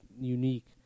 unique